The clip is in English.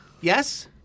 Yes